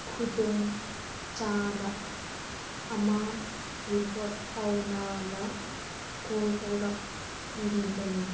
ꯈꯨꯗꯣꯡ ꯆꯥꯗ ꯑꯃ ꯔꯤꯄꯣꯔꯠ ꯇꯧꯅꯕ ꯀꯣꯜ ꯇꯧꯔꯛꯂꯤꯕꯅꯤ